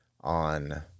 on